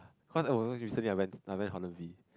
cause I was recently I went I went Holland-V